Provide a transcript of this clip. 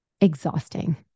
exhausting